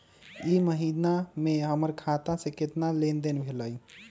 ई महीना में हमर खाता से केतना लेनदेन भेलइ?